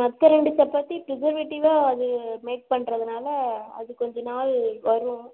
மற்ற ரெண்டு சப்பாத்தி ப்ரிஸர்வேட்டிவாக அது மேக் பண்ணுறதுனால அது கொஞ்சம் நாள் வரும்